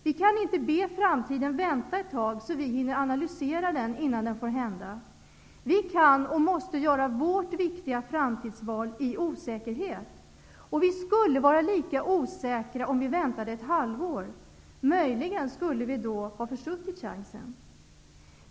Vi kan inte be framtiden vänta ett tag, så att vi hinner analysera den innan den inträffar. Vi kan, och måste, göra vårt viktiga framtidsval i osäkerhet. Vi skulle vara lika osäkra om vi väntade ett halvår. Möjligen skulle vi då ha försuttit vår chans.